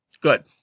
Good